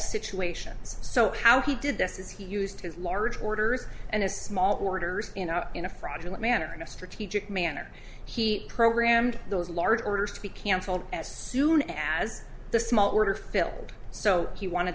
situations so how he did this is he used his large orders and his small orders in a fraudulent manner in a strategic manner he programmed those large orders to be cancelled as soon as the small order filled so he wanted